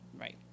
Right